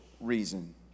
reason